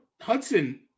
Hudson